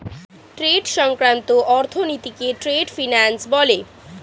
trade সংক্রান্ত অর্থনীতিকে trade finance বলে